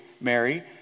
Mary